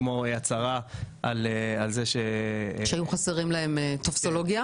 הצהרה על זה ש --- שהיו חסרים להם טפסים.